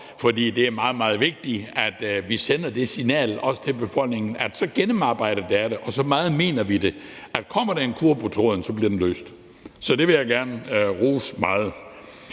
for det er meget, meget vigtigt, at vi sender det signal, også til befolkningen, at så gennemarbejder vi det, og så meget mener vi det, at kommer der en kurre på tråden, bliver problemet løst. Så det vil jeg gerne rose meget.